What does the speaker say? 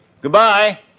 Goodbye